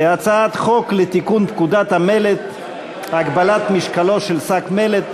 הצעת חוק לתיקון פקודת המלט (הגבלת משקלו של שק מלט),